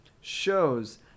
shows